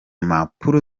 mpapuro